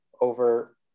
over